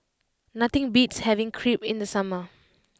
nothing beats having Crepe in the summer